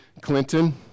Clinton